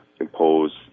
impose